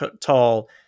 tall